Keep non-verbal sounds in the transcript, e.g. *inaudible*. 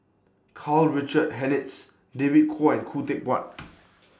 Karl Richard Hanitsch David Kwo and Khoo Teck Puat *noise*